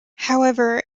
however